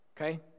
Okay